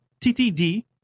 TTD